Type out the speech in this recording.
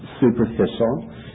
superficial